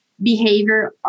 behavior